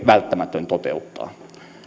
välttämätön toteuttaa